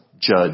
judge